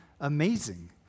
amazing